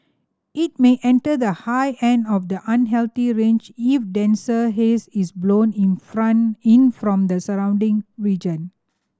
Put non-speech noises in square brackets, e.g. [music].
it may enter the high end of the unhealthy range if denser haze is blown in [unintelligible] in from the surrounding region